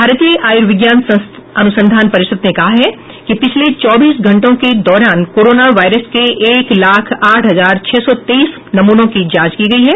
भारतीय आयुर्विज्ञान अनुसंधान परिषद ने कहा है कि पिछले चौबीस घंटे के दौरान कोरोना वायरस के एक लाख आठ हजार छह सौ तेईस नमूनों की जांच की गई हैं